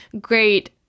great